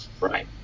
Right